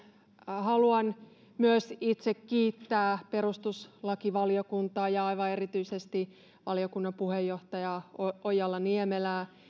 haluan myös itse kiittää perustuslakivaliokuntaa ja aivan erityisesti valiokunnan puheenjohtaja ojala niemelää